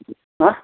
হা